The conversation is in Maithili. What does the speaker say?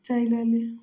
चलि अएलहुँ